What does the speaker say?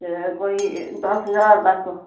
कोई दस ज्हार तक